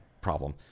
problem